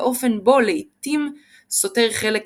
באופן בו לעיתים סותר חלק